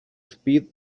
speed